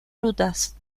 rutas